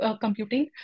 computing